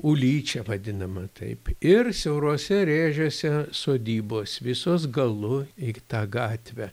ulyčia vadinama taip ir siauruose rėžiuose sodybos visos galu į tą gatvę